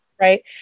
right